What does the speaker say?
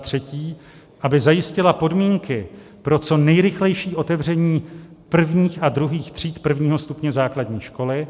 3. aby zajistila podmínky pro co nejrychlejší otevření prvních a druhých tříd prvního stupně základní školy,